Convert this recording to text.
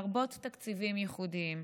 לרבות תקציבים ייחודיים.